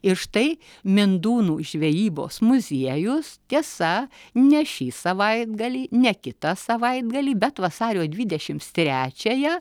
ir štai mindūnų žvejybos muziejus tiesa ne šį savaitgalį ne kitą savaitgalį bet vasario dvidešimts trečiąją